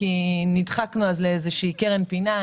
כי נדחקנו אז לאיזושהי קרן פינה,